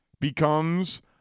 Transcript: becomes